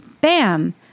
Bam